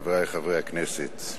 חברי חברי הכנסת,